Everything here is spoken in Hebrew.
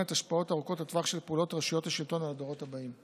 את ההשפעות ארוכות הטווח של פעולות רשויות השלטון על הדורות הבאים.